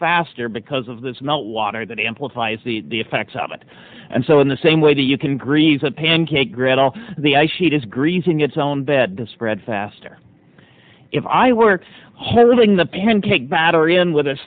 faster because of this and the water that amplifies the the effects of it and so in the same way that you can greenies a pancake griddle the ice sheet is greasing its own bed to spread faster if i were holding the pancake batter in with a